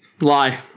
Lie